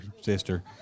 sister